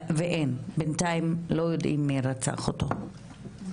ואין, בינתיים לא יודעים מי רצח אותו.